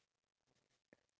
ya